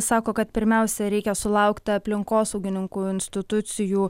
sako kad pirmiausia reikia sulaukti aplinkosaugininkų institucijų